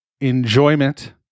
enjoyment